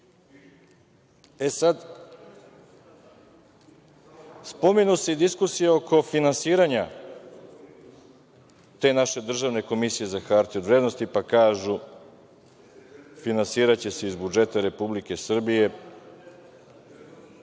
podržati. Spominje se i diskusija oko finansiranja te naše državne Komisije za hartije od vrednosti, pa kažu – finansiraće se iz budžeta Republike Srbije.